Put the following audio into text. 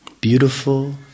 Beautiful